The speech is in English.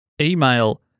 email